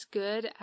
good